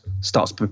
starts